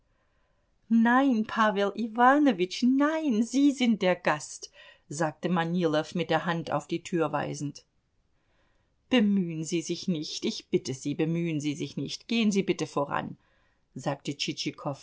nein pawel iwanowitsch nein sie sind der gast sagte manilow mit der hand auf die tür weisend bemühen sie sich nicht ich bitte sie bemühen sie sich nicht gehen sie bitte voran sagte